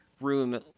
room